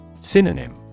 Synonym